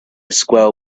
squirrel